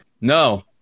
no